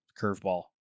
curveball